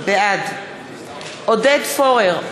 בעד עודד פורר,